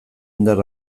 indar